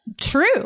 true